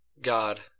God